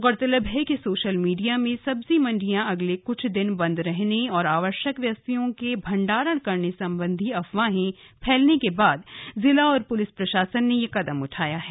गौरतलब है कि सोशल मीडिया में सब्जी मंडियां अगले क्छ दिन बंद रहने और आवश्यक वस्त्ओं के भंडारण करने संबंधी अफवाहें फैलने के बाद जिला और प्लिस प्रशासन यह कदम उठाया है